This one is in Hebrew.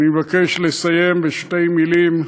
אני מבקש לסיים בשתי מילים: